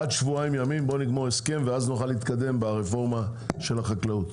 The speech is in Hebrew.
עד שבועיים ימים בוא נגמור הסכם ואז נוכל להתקדם ברפורמה של החקלאות,